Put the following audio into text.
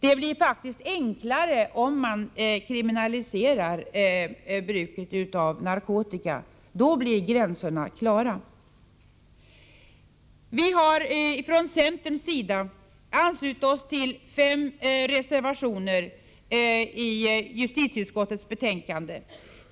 Det blir faktiskt enklare om man kriminaliserar bruket av narkotika. Då blir gränserna klara. Vi har från centerns sida anslutit oss till fem reservationer vid justitieutskottets betänkande.